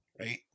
right